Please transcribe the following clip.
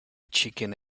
chicken